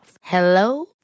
Hello